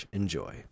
Enjoy